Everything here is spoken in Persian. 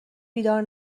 بیدار